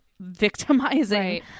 victimizing